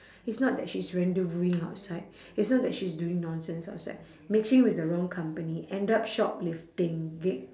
it's not that she's rendezvousing outside it's not that she's doing nonsense outside mixing with the wrong company end up shoplifting